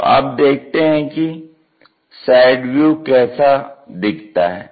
तो अब देखते हैं कि साइड व्यू कैसा दिखता है